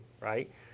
right